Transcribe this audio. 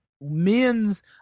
Men's